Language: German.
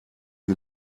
die